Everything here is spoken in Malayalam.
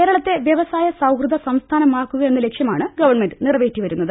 കേരളത്തെ വ്യവസായ സൌഹൃദ സംസ്ഥാനമാക്കുക എന്ന ലക്ഷ്യമാണ് ഗവ്ൺമെന്റ് നിറവേറ്റിവരുന്നത്